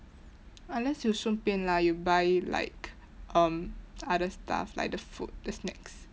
unless you 顺便 lah you buy like um other stuff like the food the snacks